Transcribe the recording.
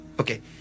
okay